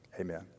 Amen